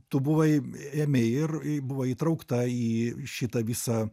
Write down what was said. tu buvai ėmei ir e buvo įtraukta į šitą visą